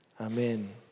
Amen